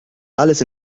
alles